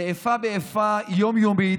זה איפה ואיפה יום-יומית,